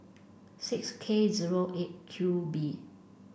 six K eight Q B